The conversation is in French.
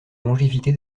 longévité